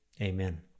Amen